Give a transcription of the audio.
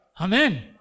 Amen